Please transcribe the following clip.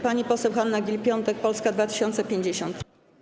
Pani poseł Hanna Gill-Piątek, Polska 2050.